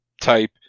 type